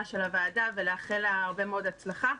של הוועדה ולאחל לה הרבה מאוד הצלחה.